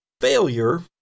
failure